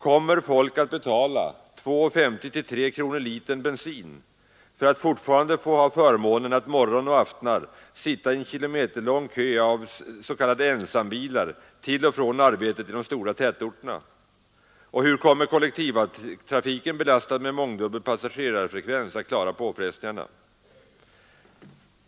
Kommer folk att betala 2:50 till 3 kronor litern bensin för att fortfarande få förmånen att morgon och afton sitta i en kilometerlång kö av ”ensambilar” till och från arbetet i de stora tätorterna? Och hur kommer kollektivtrafiken, belastad med mångdubbel passagerarfrekvens, att klara påfrestningen?